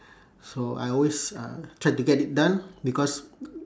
so I always uh try to get it done because